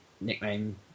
nickname